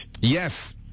Yes